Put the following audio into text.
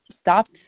stopped